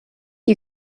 you